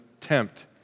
tempt